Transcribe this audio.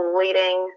leading